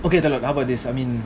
okay தல:thala how about this I mean